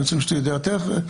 הייעוץ המשפטי יודע יותר,